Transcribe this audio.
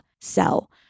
sell